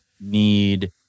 need